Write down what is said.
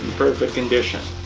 perfect condition.